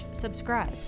subscribe